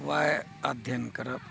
उएह अध्ययन करब